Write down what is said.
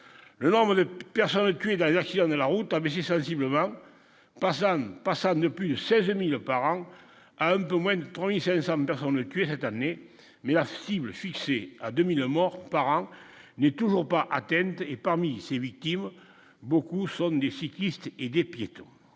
le nombre de personnes tuées dans les accidents de la route a baissé sensiblement, passant pas ça, ne plus le 16ème et le parrain à un peu moins 16 hommes parce qu'on ne puisse cette année mais la cible fixée à 2000 morts par an n'est toujours pas atteinte et parmi ces victimes, beaucoup sont des cyclistes et des piétons